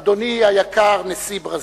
אדוני היקר, נשיא ברזיל,